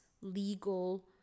legal